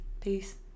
Peace